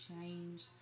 change